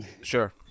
sure